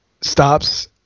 stops